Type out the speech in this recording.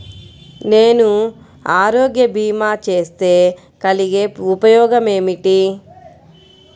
నేను ఆరోగ్య భీమా చేస్తే కలిగే ఉపయోగమేమిటీ?